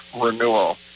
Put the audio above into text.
renewal